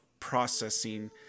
processing